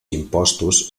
impostos